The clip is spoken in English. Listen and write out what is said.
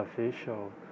official